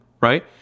Right